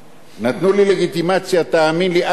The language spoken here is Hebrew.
נתנו לי לגיטימציה, תאמין לי, עד היום.